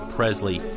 Presley